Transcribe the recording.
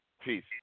Peace